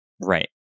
Right